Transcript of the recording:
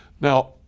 Now